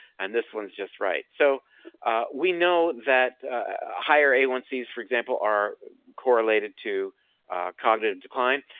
and this one's just right. so we know that higher a one c s for example are correlated to cognitive decline,